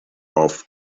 off